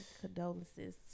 Condolences